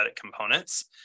components